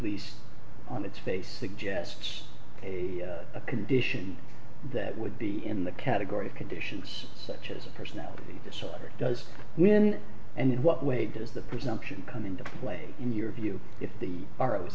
least on its face suggests a condition that would be in the category of conditions such as a personality disorder does when and in what way does the presumption come into play in your view if the